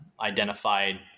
identified